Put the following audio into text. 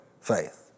faith